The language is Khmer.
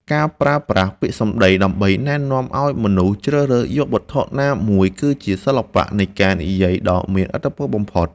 ការប្រើប្រាស់ពាក្យសម្តីដើម្បីណែនាំឱ្យមនុស្សជ្រើសរើសយកវត្ថុណាមួយគឺជាសិល្បៈនៃការនិយាយដ៏មានឥទ្ធិពលបំផុត។